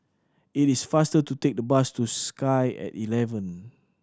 it is faster to take the bus to Sky At Eleven